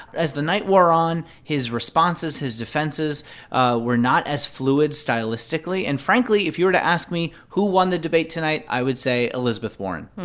as the night wore on, his responses, his defenses ah were not as fluid stylistically. and frankly, if you were to ask me who won the debate tonight, i would say elizabeth warren